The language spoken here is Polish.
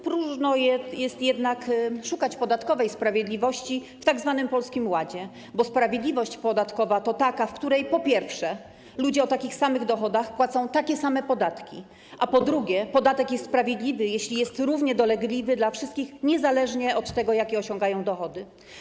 Próżno jest jednak szukać podatkowej sprawiedliwości w tzw. Polskim Ładzie, bo sprawiedliwość podatkowa to taka, w której, po pierwsze, ludzie o takich samych dochodach płacą takie same podatki, a po drugie, podatek jest sprawiedliwy, jeśli jest równie dolegliwy dla wszystkich, niezależnie od tego, jakie osiągają dochody.